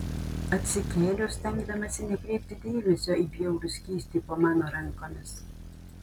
atsikėliau stengdamasi nekreipti dėmesio į bjaurų skystį po mano rankomis